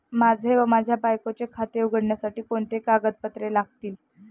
माझे व माझ्या बायकोचे खाते उघडण्यासाठी कोणती कागदपत्रे लागतील?